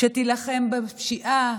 שתילחם בפשיעה,